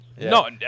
no